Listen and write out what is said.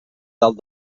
dalt